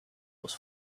was